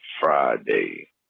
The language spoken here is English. Friday